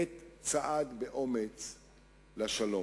עת צעד באומץ לשלום.